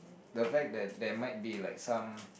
the back there there might be like some